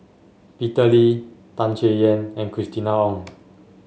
Peter Lee Tan Chay Yan and Christina Ong